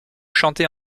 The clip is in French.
chantée